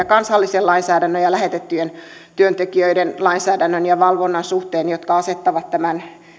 kansallisen lainsäädännön ja lähetettyjen työntekijöiden lainsäädännön ja valvonnan suhteen sellaisia ristiriitatilanteita jotka asettavat tämän